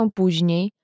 później